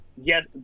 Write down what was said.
yes